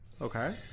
okay